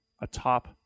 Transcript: atop